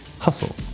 hustle